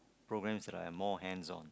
programs that are more hands on